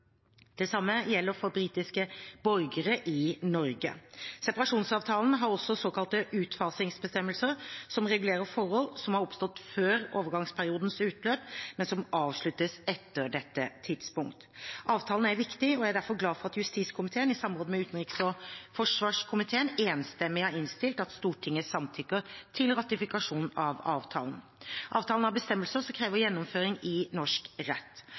Det samme gjelder for britiske borgere i Norge. Separasjonsavtalen har også såkalte utfasingsbestemmelser som regulerer forhold som har oppstått før overgangsperiodens utløp, men som avsluttes etter dette tidspunkt. Avtalen er viktig, og jeg er derfor glad for at justiskomiteen i samråd med utenriks- og forsvarskomiteen enstemmig har innstilt på at Stortinget samtykker til ratifikasjon av avtalen. Avtalen har bestemmelser som krever gjennomføring i norsk rett.